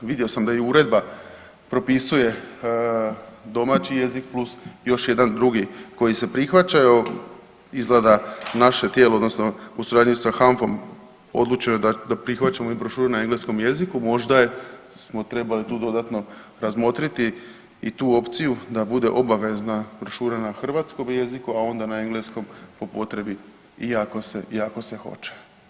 Vidio sam da i uredba propisuje domaći jezik plus još jedan drugi koji se prihvaća, evo izgleda naše tijelo odnosno u suradnji s HANFOM odlučio je da prihvaćamo i brošuru na engleskom jeziku, možda smo trebali tu dodatno i razmotriti i tu opciju da bude obavezna brošura na hrvatskom jeziku, a onda na engleskom po potrebi i ako se hoće.